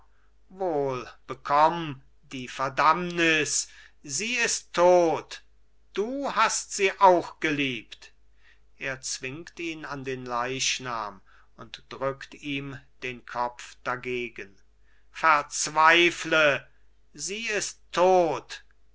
wohl bekomm die verdammnis sie ist tot du hast sie auch geliebt er zwingt ihn an den leichnam und drückt ihm den kopf dagegen verzweifle sie ist tot